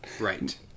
Right